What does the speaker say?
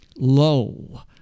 Lo